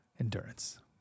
endurance